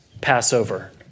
Passover